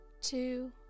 two